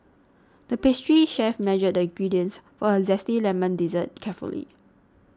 the pastry chef measured the ingredients for a Zesty Lemon Dessert carefully